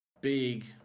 Big